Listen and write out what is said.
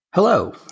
Hello